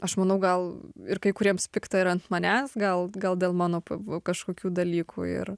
aš manau gal ir kai kuriems pikta ir ant manęs gal gal dėl mano kažkokių dalykų ir